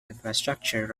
infrastructure